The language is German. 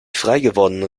freigewordenen